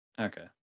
Okay